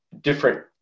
Different